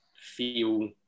feel